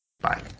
Bye